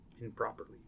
improperly